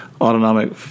autonomic